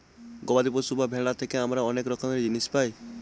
গবাদি পশু বা ভেড়া থেকে আমরা অনেক রকমের জিনিস পায়